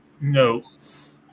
notes